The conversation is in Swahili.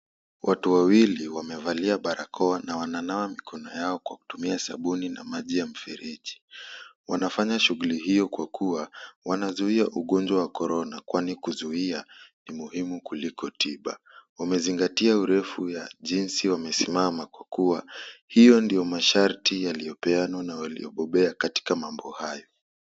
Watu wawili wamevalia barakoa na wananawa mikono yao kwa kutumia sabuni na maji ya mfereji. Wanafanya shughuli hiyo kwa kuwa wanazuia ugonjwa wa korona kwani kuzuia ni muhimu kuliko tiba. Wamezingatia urefu ya jinsi wamesimama kwa kuwa hiyo ndio masharti yaliyopeanwa na waliobobea katika mambo hayo.